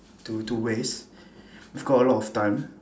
to to waste we've got a lot of time